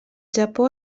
japó